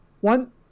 one